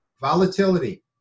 Volatility